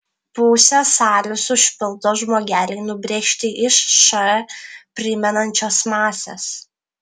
pusę salės užpildo žmogeliai nubrėžti iš š primenančios masės